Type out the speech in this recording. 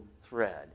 thread